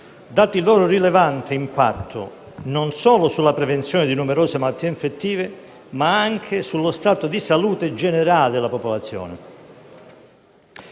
dato il loro rilevante impatto, non solo sulla prevenzione di numerose malattie infettive, ma anche sullo stato di salute generale della popolazione.